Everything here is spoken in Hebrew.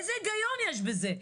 איזה היגיון יש בזה,